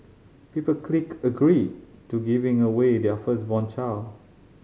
people clicked agree to giving away their firstborn child